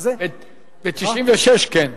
ב-1996, כן.